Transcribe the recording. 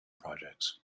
projects